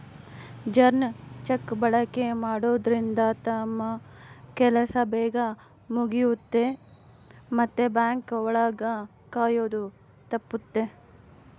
ಜನ್ರು ಚೆಕ್ ಬಳಕೆ ಮಾಡೋದ್ರಿಂದ ತಮ್ ಕೆಲ್ಸ ಬೇಗ್ ಮುಗಿಯುತ್ತೆ ಮತ್ತೆ ಬ್ಯಾಂಕ್ ಒಳಗ ಕಾಯೋದು ತಪ್ಪುತ್ತೆ